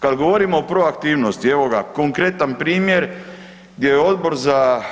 Kad govorimo o proaktivnosti, evo ga, konkretan primjer, gdje je odbor za,